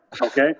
Okay